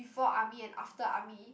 before army and after army